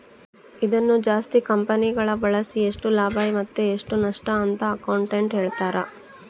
ಇದನ್ನು ಜಾಸ್ತಿ ಕಂಪೆನಿಗಳಗ ಬಳಸಿ ಎಷ್ಟು ಲಾಭ ಮತ್ತೆ ಎಷ್ಟು ನಷ್ಟಅಂತ ಅಕೌಂಟೆಟ್ಟ್ ಹೇಳ್ತಾರ